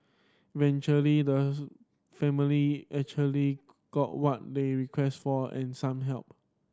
eventually the family actually got what they requested for and some help